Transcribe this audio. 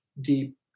deep